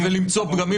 וזה שוויון